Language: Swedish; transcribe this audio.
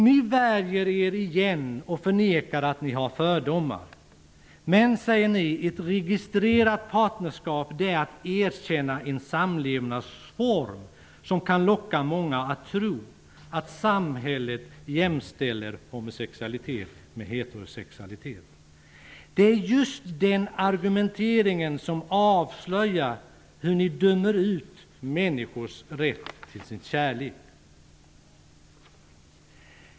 Ni värjer er och förnekar att ni har fördomar. Men, säger ni, ett registrerat partnerskap är ett erkännande av en samlevnadsform som kan locka många att tro att samhället jämställer homosexualitet med heterosexualitet. Det är just den argumenteringen som avslöjar hur ni dömer ut människors rätt till sin kärlek.